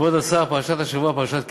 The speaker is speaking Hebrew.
כבוד השר, פרשת השבוע, פרשת כי-תישא,